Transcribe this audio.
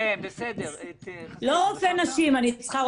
לא רופא נשים.